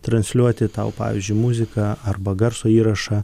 transliuoti tau pavyzdžiui muziką arba garso įrašą